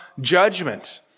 judgment